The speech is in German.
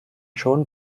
schon